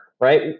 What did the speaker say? right